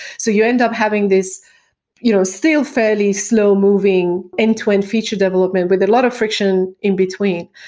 so you end up having this you know still fairly slow moving end-to-end feature development with a lot of friction in between.